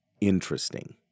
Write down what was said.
interesting